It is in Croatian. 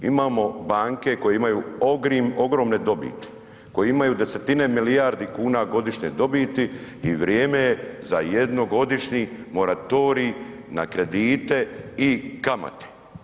Imamo banke koje imaju ogromne dobiti, koje imaju 10-tine milijardi kuna godišnje dobiti i vrijeme je za jednogodišnji moratorij na kredite i kamate.